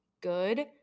good